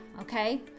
okay